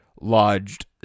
lodged